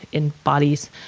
in bodies,